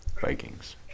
Vikings